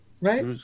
Right